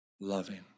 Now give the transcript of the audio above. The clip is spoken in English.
loving